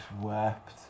wept